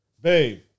Babe